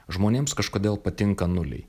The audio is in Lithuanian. žmonėms kažkodėl patinka nuliai